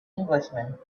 englishman